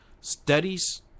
Studies